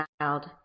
child